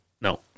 No